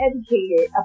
educated